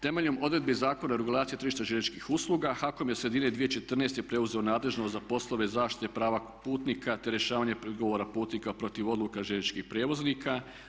Temeljem odredbi Zakona o regulaciji tržišta željezničkih usluga HAKOM je od sredine 2014. preuzeo nadležnost za poslove zaštite prava putnika, te rješavanje prigovora putnika protiv odluka željezničkih prijevoznika.